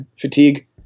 fatigue